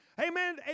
Amen